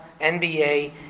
NBA